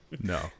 No